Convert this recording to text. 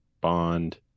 Bond